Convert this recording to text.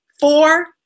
four